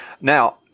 Now